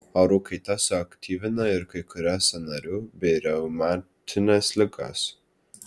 orų kaita suaktyvina ir kai kurias sąnarių bei reumatines ligas